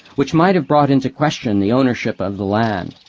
which might have brought into question the ownership of the land.